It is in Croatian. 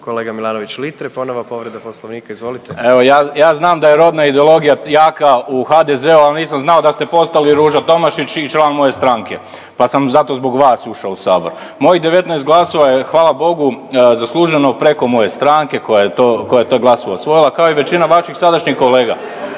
**Milanović Litre, Marko (Hrvatski suverenisti)** Evo, ja znam da je rodna ideologija jaka u HDZ-u, ali nisam znao da ste postali Ruža Tomašić i član moje stranke pa sam zato zbog vas ušao u Sabor. Mojih 19 glasova je, hvala Bogu, zasluženo, preko moje stranke koja je to, koja je te glasova osvojila, kao i većina vaših sadašnjih kolega,